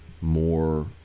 more